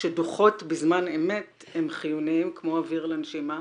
שדוחות בזמן אמת הם חיוניים כמו אוויר לנשימה,